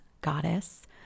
goddess